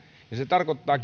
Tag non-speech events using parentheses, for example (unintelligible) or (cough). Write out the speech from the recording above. niin se tarkoittaa (unintelligible)